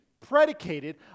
predicated